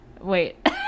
Wait